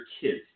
kids